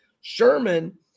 Sherman